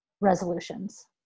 resolutions